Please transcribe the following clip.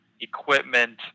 equipment